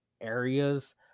areas